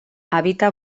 habita